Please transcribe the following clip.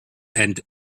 and